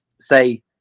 say